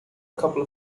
couple